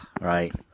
Right